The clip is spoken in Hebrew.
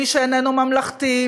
מי שאיננו ממלכתי,